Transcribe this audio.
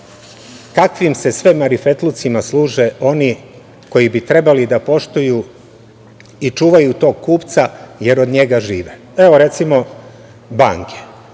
kakvim se sve marifetlucima služe oni koji bi trebali da poštuju i čuvaju tog kupca jer od njega žive. Evo, recimo, banke,